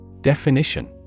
Definition